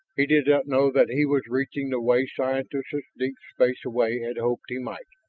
he did not know that he was reacting the way scientists deep space away had hoped he might.